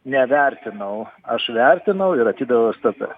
nevertinau aš vertinau ir atidaviau stt